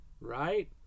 Right